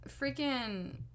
freaking